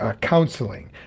counseling